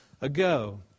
ago